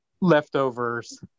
leftovers